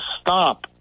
stop